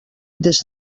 des